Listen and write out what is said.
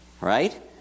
right